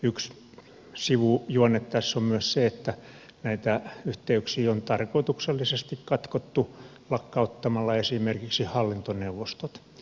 yksi sivujuonne tässä on myös se että näitä yhteyksiä on tarkoituksellisesti katkottu lakkauttamalla esimerkiksi hallintoneuvostot